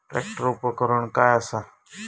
Tractor उपकरण काय असा?